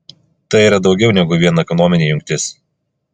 tai yra daugiau negu vien ekonominė jungtis